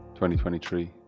2023